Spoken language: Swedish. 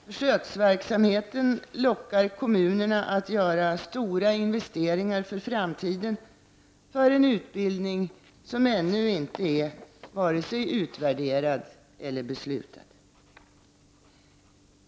Försöksverksamheten lockar kommunerna att göra stora investeringar för framtiden för en utbildning som ännu inte är vare sig utvärderad eller beslutad.